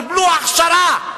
קיבלו הכשרה.